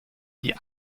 die